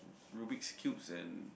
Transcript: rubiks cube and